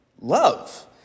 love